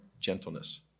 gentleness